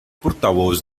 portavoz